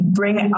bring